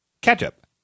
Ketchup